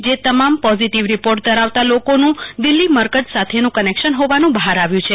જે તમામ positive report ધરાવતા લોકોનું દિલ્હી મરકજ સાથેનું કનેકશન હોવાનું બહાર આવ્યું છે